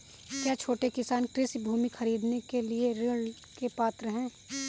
क्या छोटे किसान कृषि भूमि खरीदने के लिए ऋण के पात्र हैं?